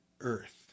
earth